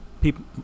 people